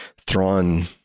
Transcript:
Thrawn